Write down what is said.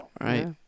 right